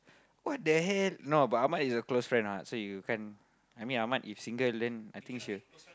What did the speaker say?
what the hell no but Ahmad is a close friend what so you can I mean Ahmad is single then I think she will